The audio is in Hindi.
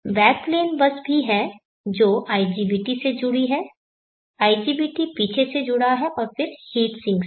बैक प्लेन बस भी है जो IGBT से जुड़ी है IGBT पीछे से जुड़ा है और फिर हीट सिंक से